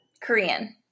Korean